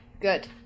good